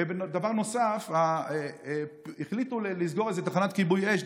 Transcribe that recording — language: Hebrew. ודבר נוסף: החליטו לסגור איזו תחנת כיבוי אש.